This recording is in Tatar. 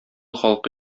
халкы